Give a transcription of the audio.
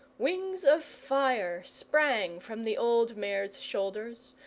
wings of fire sprang from the old mare's shoulders.